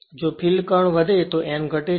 જો field current વધે છે n ઘટે છે